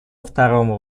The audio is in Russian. второму